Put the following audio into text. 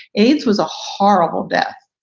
aids was a horrible death,